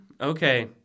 okay